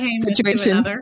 situation